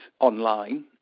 online